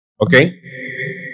Okay